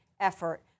effort